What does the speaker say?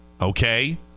Okay